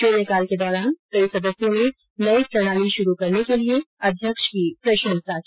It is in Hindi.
शून्यकाल के दौरान कई सदस्यों ने नई प्रणाली शुरु करने के लिए अध्यक्ष की प्रशंसा की